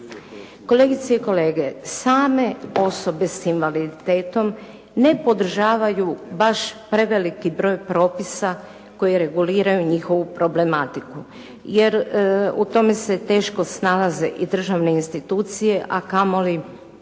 Kolegice i kolege, same osobe s invaliditetom ne podržavaju baš preveliki broj propisa koji reguliraju njihovu problematiku jer u tome se teško snalaze i državne institucije, a kamo li